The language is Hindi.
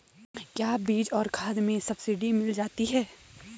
क्या बीज और खाद में सब्सिडी मिल जाती है?